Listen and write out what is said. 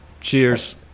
cheers